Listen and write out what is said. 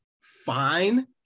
fine